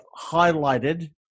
highlighted